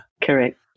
Correct